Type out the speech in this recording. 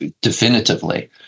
definitively